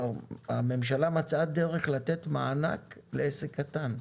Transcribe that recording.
הממשלה מצאה דרך לתת מענק לעסק קטן.